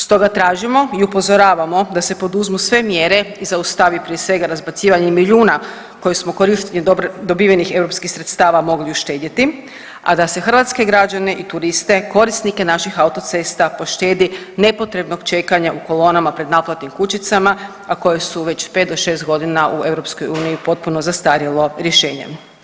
Stoga tražimo i upozoravamo da se poduzmu sve mjere i zaustavi prije svega, razbacivanje milijuna koje smo korištenjem dobivenih europskih sredstava mogli uštedjeti, a da se hrvatske građane i turiste, korisnike naših autocesta poštedi nepotrebnog čekanja u kolonama pred naplatnim kućicama, a koje su već 5 do 6 godina u EU potpuno zastarjelo rješenje.